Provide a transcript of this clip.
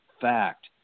fact